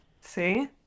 See